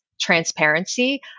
transparency